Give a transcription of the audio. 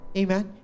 amen